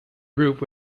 group